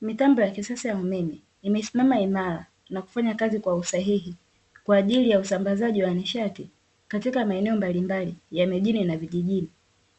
Mitambo ya kisasa ya umeme imesimama imara, na kufanya kazi kwa usahihi kwa ajili ya usambazaji wa nishati katika maeneo mbalimbali ya mijini na vijijini.